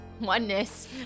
Oneness